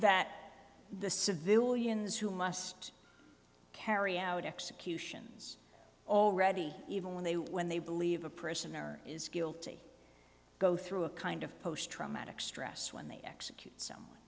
that the civilians who must carry out executions already even when they when they believe a prisoner is guilty go through a kind of post traumatic stress when they execute someone